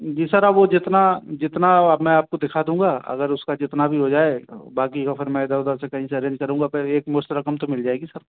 जी sir अब वह जितना जितना अब मैं आपको दिखा दूँगा अगर उसका जितना भी हो जाए बाक़ी तो फिर मैं इधर उधर से कहीं से अरेंज करूँगा पर एक मुश्त रक़म तो मिल जाएगी